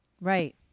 Right